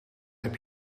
heb